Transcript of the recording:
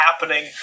happening